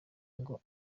ngo